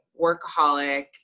workaholic